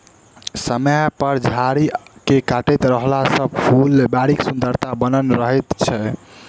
समय समय पर झाड़ी के काटैत रहला सॅ फूलबाड़ीक सुन्दरता बनल रहैत छै